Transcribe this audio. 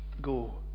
go